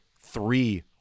three